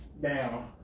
Now